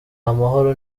amahoro